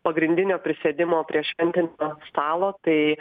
pagrindinio prisėdimo prie šventinio stalo tai